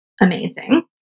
amazing